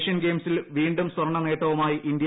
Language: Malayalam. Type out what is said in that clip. ഏഷ്യൻ ഗെയിംസിൽ വീണ്ടും സ്വർണ നേട്ടവുമായി ഇന്ത്യ